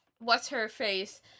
what's-her-face